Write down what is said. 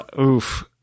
oof